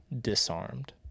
disarmed